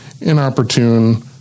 inopportune